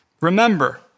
Remember